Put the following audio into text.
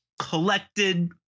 collected